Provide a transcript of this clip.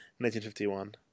1951